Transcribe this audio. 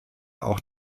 auch